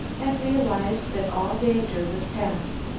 and realizing that all danger was past,